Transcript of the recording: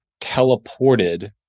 teleported